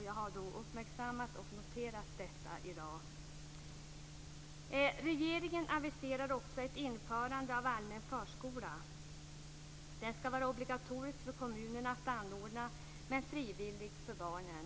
Jag har uppmärksammat och noterat detta. Regeringen aviserar också ett införande av en allmän förskola. Den ska vara obligatorisk för kommunen att anordna men frivillig för barnen.